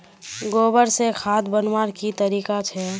गोबर से खाद बनवार की तरीका छे?